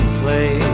play